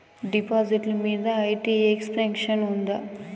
డిపాజిట్లు మీద IT exemption ఉందా?